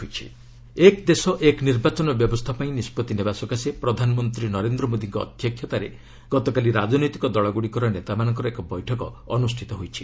PM one nation one election ଏକ୍ ଦେଶ ଏକ ନିର୍ବାଚନ ବ୍ୟବସ୍ଥା ପାଇଁ ନିଷ୍ପଭି ନେବା ସକାଶେ ପ୍ରଧାନମନ୍ତ୍ରୀ ନରେନ୍ଦ୍ର ମୋଦିଙ୍କ ଅଧ୍ୟକ୍ଷତାରେ ଗତକାଲି ରାଜନୈତିକ ଦଳଗୁଡ଼ିକର ନେତାମାନଙ୍କର ଏକ ବୈଠକ ଅନୁଷ୍ଠିତ ହୋଇଛି